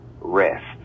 rest